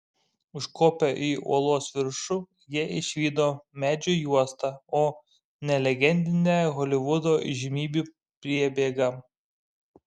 užkopę į uolos viršų jie išvydo medžių juostą o ne legendinę holivudo įžymybių priebėgą